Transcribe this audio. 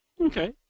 Okay